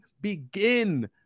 begin